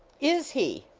is he?